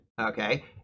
okay